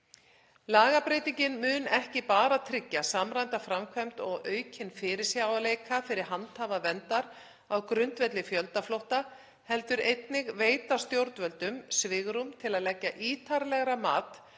Lagabreytingin mun ekki bara tryggja samræmda framkvæmd og aukinn fyrirsjáanleika fyrir handhafa verndar á grundvelli fjöldaflótta heldur einnig veita stjórnvöldum svigrúm til að leggja ítarlegra mat